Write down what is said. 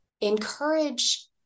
encourage